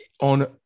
on